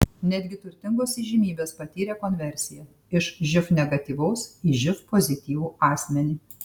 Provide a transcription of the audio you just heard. netgi turtingos įžymybės patyrė konversiją iš živ negatyvaus į živ pozityvų asmenį